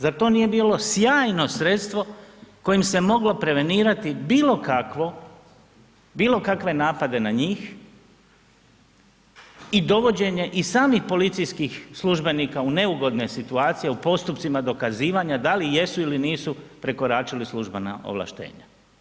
Zar to nije bilo sjajno sredstvo s kojima se moglo prevenirati bilo kakvo, bilo kakve napade na njih i dovođenje i samih policijskih službenika u neugodne situacije u postupcima dokazivanja da li jesu ili nisu prekoračili službena ovlaštenja.